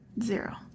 zero